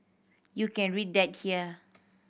you can read that here